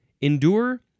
endure